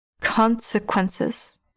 Consequences